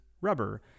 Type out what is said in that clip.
rubber